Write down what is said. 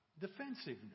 defensiveness